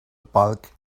bulk